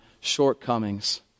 shortcomings